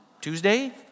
Tuesday